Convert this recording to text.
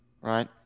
right